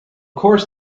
course